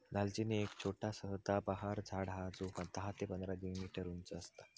दालचिनी एक छोटा सदाबहार झाड हा जो दहा ते पंधरा मीटर उंच असता